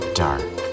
dark